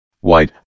white